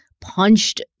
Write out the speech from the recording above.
punched